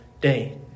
day